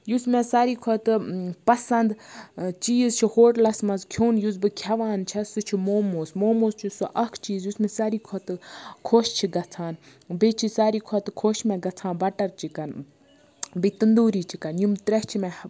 یُس مےٚ سارِوٕے کھۄتہٕ پَسَنٛد چیٖز چھُ ہوٹلَس مَنٛز کھیٚون یُس بہٕ کھیٚوان چھَس سُہ چھُ موموز موموز چھُ سُہ اکھ چیٖز یُس مےٚ سارِوٕے کھۄتہٕ خۄش چھُ گَژھان بیٚیہِ چھ سارِوٕے کھۄتہٕ خۄش مےٚ گَژھان بَٹَر چِکَن بیٚیہِ تَندوٗری چِکَن یِم ترٛےٚ چھِ مےٚ